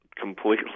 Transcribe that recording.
completely